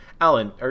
Alan